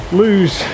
lose